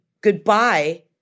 goodbye